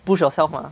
push yourself mah